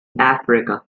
africa